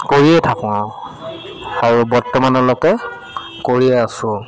কৰিয়েই থাকোঁ আৰু আৰু বৰ্তমানলৈকে কৰিয়ে আছোঁ